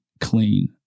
clean